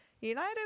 United